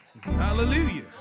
Hallelujah